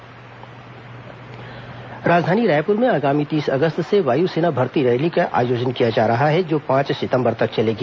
वायुसेना भर्ती रैली राजधानी रायपुर में आगामी तीस अगस्त से वायुसेना भर्ती रैली का आयोजन किया जा रहा है जो पांच सितंबर तक चलेगी